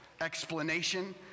explanation